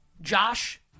Josh